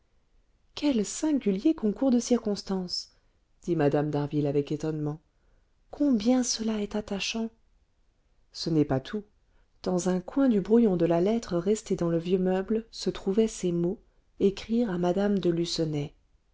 quel singulier concours de circonstances dit mme d'harville avec étonnement combien cela est attachant ce n'est pas tout dans un coin du brouillon de la lettre restée dans le vieux meuble se trouvaient ces mots écrire à mme de